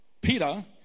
Peter